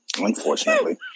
Unfortunately